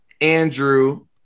Andrew